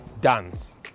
dance